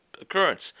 occurrence